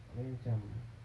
abeh macam